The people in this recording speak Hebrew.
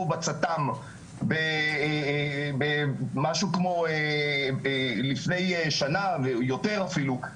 בצט"מ במשהו כמו לפני שנה ויותר אפילו,